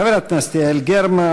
חברת הכנסת יעל גרמן.